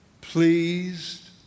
pleased